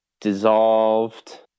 dissolved